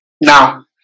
Now